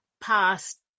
past